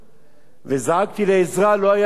וזעקתי לעזרה, לא היה למי לזעוק.